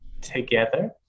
together